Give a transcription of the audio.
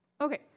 Okay